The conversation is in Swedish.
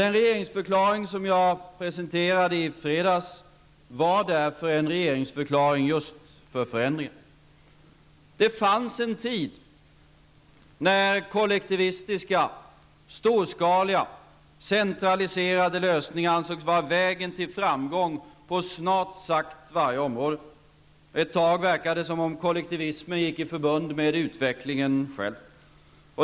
Den regeringsförklaring som jag presenterade i fredags var därför en regeringsförklaring just för förändringar. Det fanns en tid när kollektivistiska, storskaliga och centraliserade lösningar ansågs vara vägen till framgång på snart sagt varje område. Ett tag verkade som om kollektivismen gick i förbund med utvecklingen själv.